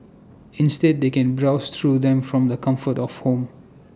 instead they can browse through them from the comfort of home